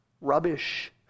rubbish